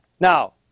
Now